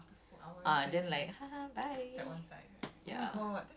ya so then I don't need to like bother using my